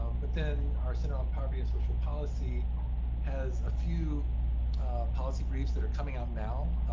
um but then our center on poverty and social policy has a few policy briefs that are coming out now,